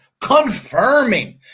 confirming